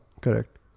Correct